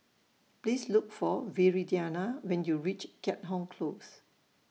Please Look For Viridiana when YOU REACH Keat Hong Close